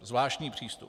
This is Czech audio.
Zvláštní přístup.